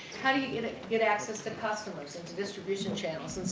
how do you get ah get access to customers and distribution channels.